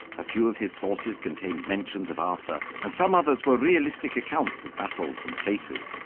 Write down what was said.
a few of his sources contained mentions of arthur, and some others were realistic accounts of battles and places.